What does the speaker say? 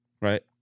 Right